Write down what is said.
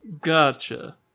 Gotcha